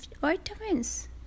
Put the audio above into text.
vitamins